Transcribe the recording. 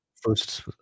first